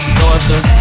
daughter